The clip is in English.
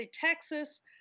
Texas